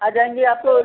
आ जाएँगे आपको